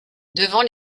devant